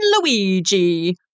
Luigi